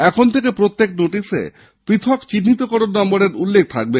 এখন থেকে প্রত্যেক নোটিশে পৃথক চিহ্নিতকরণ নম্বরের উল্লেখ থাকবে